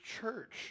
church